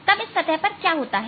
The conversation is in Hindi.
तब इस सतह पर क्या होता है